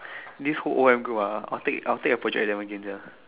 this whole O_M group ah I'll take I'll take a project with them again sia